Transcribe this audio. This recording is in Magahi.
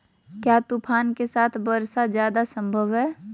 क्या तूफ़ान के साथ वर्षा जायदा संभव है?